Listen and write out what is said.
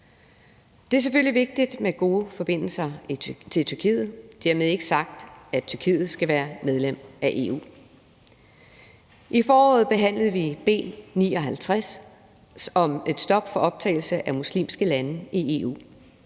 Det er selvfølgelig vigtigt med gode forbindelser til Tyrkiet. Dermed være ikke sagt, at Tyrkiet skal være medlem af EU. I foråret behandlede vi beslutningsforslag nr. B 59 om et stop for optagelse af muslimske lande i EU.